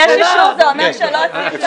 בסדר, יש אישור, זה אומר שלא --- אני לא מבינה.